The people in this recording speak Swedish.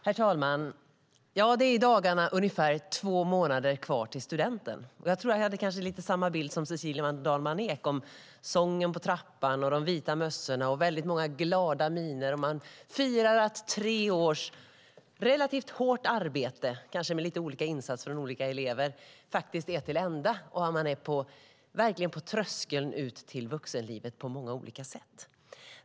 Herr talman! Det är i dagarna ungefär två månader kvar till studenten. Jag tror att jag kanske hade lite samma bild som Cecilia Dalman Eek om sången på trappan, de vita mössorna och väldigt många glada miner. Man firar att tre års relativt hårt arbete, kanske med lite olika insatser från olika elever, faktiskt är till ända och att man verkligen är på tröskeln ut till vuxenlivet på många olika sätt.